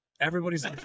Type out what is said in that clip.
Everybody's